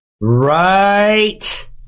Right